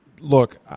look